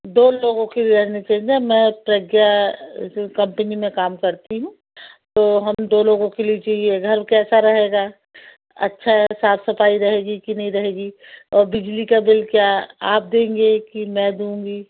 दो लोगों के रहने के मैं प्रज्ञा कंपनी में काम करती हूँ तो हम दो लोगों के लिए चाहिए घर कैसा रहेगा अच्छा साफ़ सफ़ाई रहेगी कि नहीं रहेगी और बिजली का बिल क्या आप देंगे कि मैं दूँगी